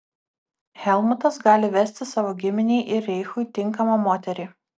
helmutas gali vesti savo giminei ir reichui tinkamą moterį